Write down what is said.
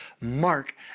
mark